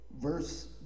Verse